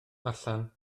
allan